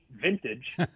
vintage